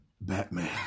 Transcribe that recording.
Batman